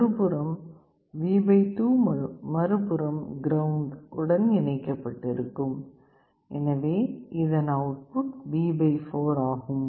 ஒருபுறம் V 2 மறுபுறம் ground உடன் இணைக்கப்பட்டிருக்கும் எனவே இதன் அவுட்புட் V 4 ஆகும்